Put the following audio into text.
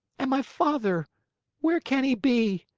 and my father where can he be?